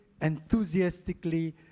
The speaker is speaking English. enthusiastically